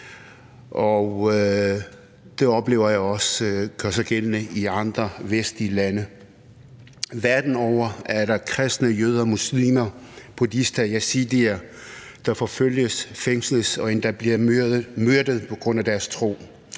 Det oplever jeg også gør sig gældende i andre vestlige lande. Verden over er der kristne, jøder, muslimer, buddhister og yazidier, der forfølges, fængsles og endda bliver myrdet på grund af deres tro.